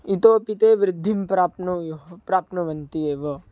इतोपि ते वृद्धिं प्राप्नुयुः प्राप्नुवन्ति एव